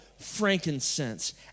frankincense